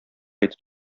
итеп